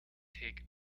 take